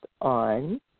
on